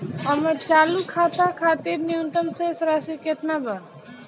हमर चालू खाता खातिर न्यूनतम शेष राशि केतना बा?